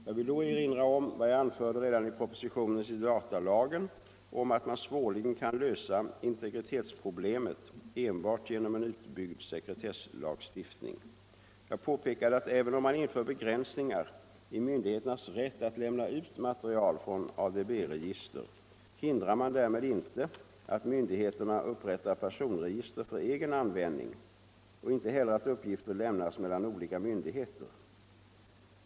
Jag vill då erinra om vad jag anförde redan i propositionen till datalagen om att man svårligen kan lösa integritetsproblemet enbart genom en utbyggd sekretesslagstiftning. Jag påpekade att även om man inför begränsningar i myndigheternas rätt att lämna ut material från ADB-register, hindrar man därmed inte att myndigheterna upprättar personregister för egen användning och inte heller att uppgifter lämnas mellan olika myndigheter.